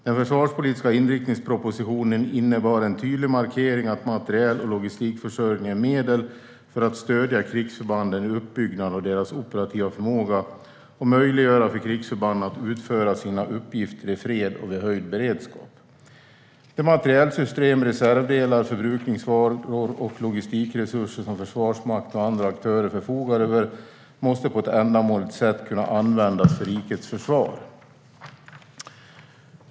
Den försvarspolitiska inriktningspropositionen innebar en tydlig markering att materiel och logistikförsörjningen är medel för att stödja krigsförbanden i uppbyggnaden av deras operativa förmåga och för att möjliggöra för krigsförbanden att utföra sina uppgifter i fred och vid höjd beredskap. De materielsystem, reservdelar, förbrukningsvaror och logistikresurser som Försvarsmakten och andra aktörer förfogar över måste på ett ändamålsenligt sätt kunna användas för rikets försvar.